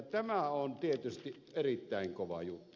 tämä on tietysti erittäin kova juttu